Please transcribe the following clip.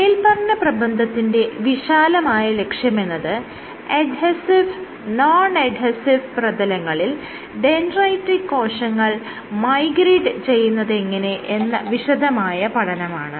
മേല്പറഞ്ഞ പ്രബന്ധത്തിന്റെ വിശാലമായ ലക്ഷ്യമെന്നത് എഡ്ഹെസീവ് നോൺ എഡ്ഹെസീവ് പ്രതലങ്ങളിൽ ഡെൻഡ്രൈറ്റിക് കോശങ്ങൾ മൈഗ്രേറ്റ് ചെയ്യുന്നതെങ്ങനെ എന്ന വിശദമായ പഠനമാണ്